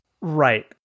Right